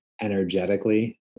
energetically